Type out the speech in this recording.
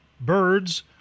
Birds